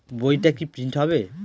বইটা কি প্রিন্ট হবে?